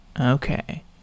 Okay